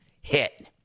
hit